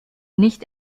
nicht